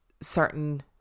certain